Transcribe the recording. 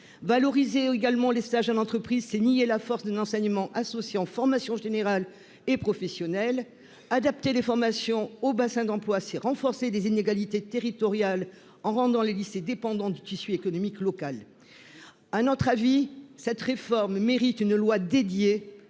Valoriser les stages en entreprise, c'est nier la force d'un enseignement associant formation générale et professionnelle. Adapter les formations aux bassins d'emploi, c'est renforcer les inégalités territoriales, en rendant les lycées dépendants du tissu économique local. Cette réforme mérite selon nous